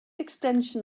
extension